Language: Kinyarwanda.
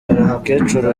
umukecuru